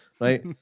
Right